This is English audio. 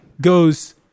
goes